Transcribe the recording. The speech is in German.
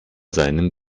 seinem